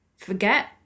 forget